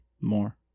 More